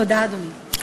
תודה, אדוני.